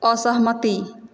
असहमति